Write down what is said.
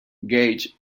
gage